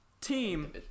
team